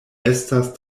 estas